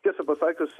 tiesą pasakius